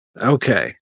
Okay